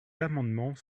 amendements